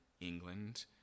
England